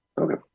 Okay